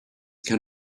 can